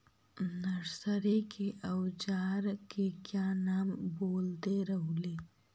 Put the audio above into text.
Nursery के ओजार के क्या नाम बोलत रहलू?